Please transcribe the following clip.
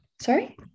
Sorry